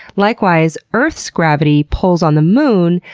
likewise, earth's gravity pulls on the moon,